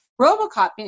Robocop